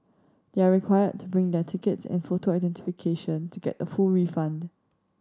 they are required to bring their tickets and photo identification to get a full refund